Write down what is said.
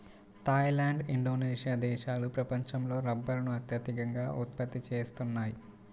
Thai land, Indonesia దేశాలు ప్రపంచంలో రబ్బరును అత్యధికంగా ఉత్పత్తి చేస్తున్నాయి